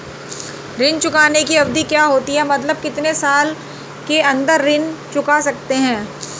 ऋण चुकाने की अवधि क्या होती है मतलब कितने साल के अंदर ऋण चुका सकते हैं?